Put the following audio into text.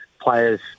players